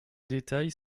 détails